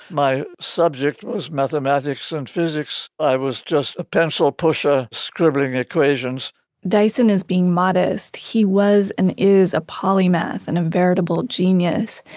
my subject was mathematics and physics. i was just a pencil pusher scribbling equations dyson is being modest. he was and is a polymath, an inveritable genius.